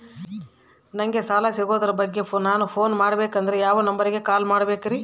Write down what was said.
ನಂಗೆ ಸಾಲ ಸಿಗೋದರ ಬಗ್ಗೆ ನನ್ನ ಪೋನ್ ಮಾಡಬೇಕಂದರೆ ಯಾವ ನಂಬರಿಗೆ ಕಾಲ್ ಮಾಡಬೇಕ್ರಿ?